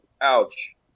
Ouch